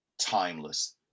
timeless